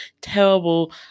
terrible